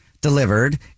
delivered